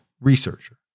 researcher